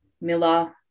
Miller